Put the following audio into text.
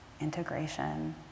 integration